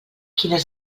quines